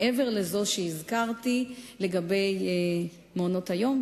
מעבר לזו שהזכרתי לגבי מעונות-היום,